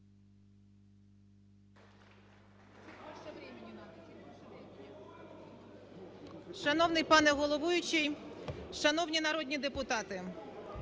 Шановний пане головуючий! Шановні народні депутати!